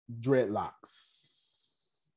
dreadlocks